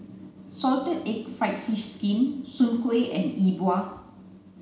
salted egg fried fish skin soon kuih and yi bua